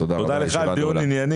תודה לך על דיון ענייני.